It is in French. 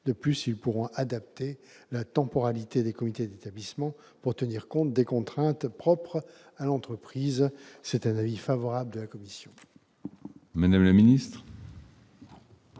De plus, ils pourront adapter la temporalité des comités d'établissement pour tenir compte des contraintes propres à l'entreprise. La commission